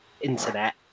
internet